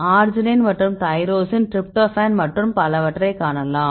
arginine மற்றும் tyrosine tryptophan மற்றும் பலவற்றைக் காணலாம்